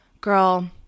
Girl